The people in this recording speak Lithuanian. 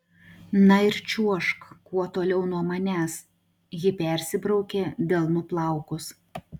na ir čiuožk kuo toliau nuo manęs ji persibraukė delnu plaukus